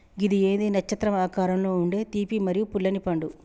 గిది ఏంది నచ్చత్రం ఆకారంలో ఉండే తీపి మరియు పుల్లనిపండు